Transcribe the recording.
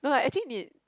no ah actually need